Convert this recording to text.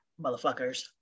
motherfuckers